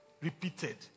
repeated